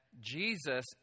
Jesus